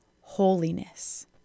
holiness